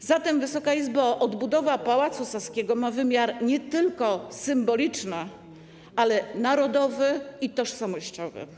A zatem, Wysoka Izbo, odbudowa Pałacu Saskiego ma wymiar nie tylko symboliczny, ale też narodowy i tożsamościowy.